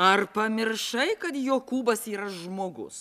ar pamiršai kad jokūbas yra žmogus